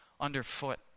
underfoot